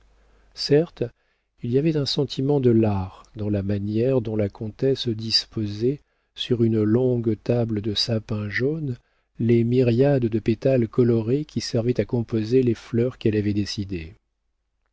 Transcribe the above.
certes il y avait un sentiment de l'art dans la manière dont la comtesse disposait sur une longue table de sapin jaune les myriades de pétales colorés qui servaient à composer les fleurs qu'elle avait décidées